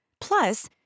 Plus